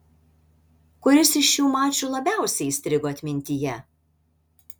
kuris iš šių mačų labiausiai įstrigo atmintyje